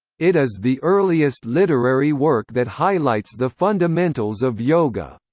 it is the earliest literary work that highlights the fundamentals of yoga.